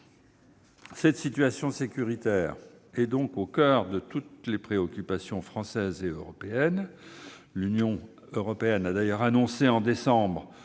Cette situation sécuritaire est donc au coeur de toutes les préoccupations françaises et européennes. L'Union européenne a d'ailleurs annoncé en décembre